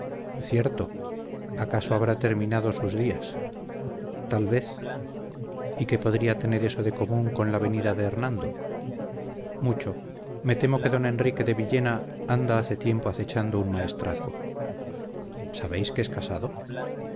cierto acaso habrá terminado sus días tal vez y qué podría tener eso de común con la venida de hernando mucho me temo que don enrique de villena anda hace tiempo acechando un maestrazgo sabéis que es casado